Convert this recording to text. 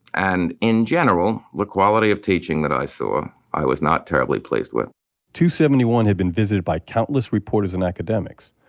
and in general, the quality of teaching that i saw i was not terribly pleased with two seventy-one had been visited by countless reporters and academics,